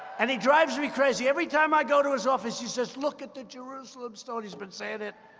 and he drives me crazy. every time i go to his office, he says, look at the jerusalem stone. he's been saying it.